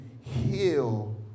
heal